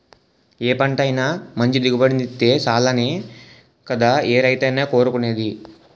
ఏ పంటైనా మంచి దిగుబడినిత్తే సాలనే కదా ఏ రైతైనా కోరుకునేది?